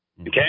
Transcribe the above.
Okay